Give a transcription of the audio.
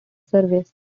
service